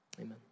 Amen